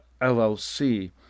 LLC